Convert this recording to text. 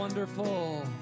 Wonderful